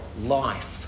life